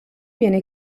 viene